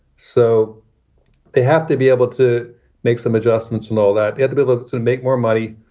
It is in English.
so they have to be able to make some adjustments. and all that had to be looked to make more money,